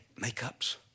makeups